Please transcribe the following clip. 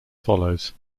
follows